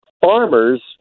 farmers